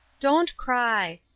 don't cry.